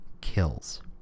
kills